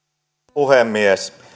puhemies